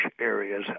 areas